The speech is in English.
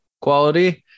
quality